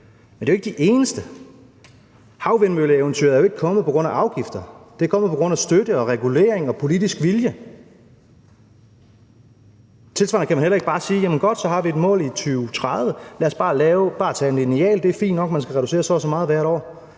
men det er jo ikke de eneste. Havvindmølleeventyret er jo ikke kommet på grund af afgifter; det er kommet på grund af støtte, regulering og politisk vilje. Tilsvarende kan man heller ikke bare sige: Jamen vi har et mål i 2030, så lad os bare tage en lineal og se, hvor meget man skal reducere med hvert år.